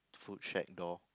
food shack door